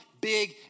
big